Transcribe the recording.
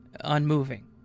unmoving